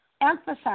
Emphasize